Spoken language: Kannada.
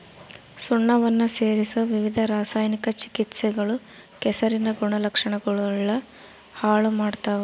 ಸುಣ್ಣವನ್ನ ಸೇರಿಸೊ ವಿವಿಧ ರಾಸಾಯನಿಕ ಚಿಕಿತ್ಸೆಗಳು ಕೆಸರಿನ ಗುಣಲಕ್ಷಣಗುಳ್ನ ಹಾಳು ಮಾಡ್ತವ